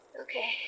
Okay